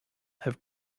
have